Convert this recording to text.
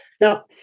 now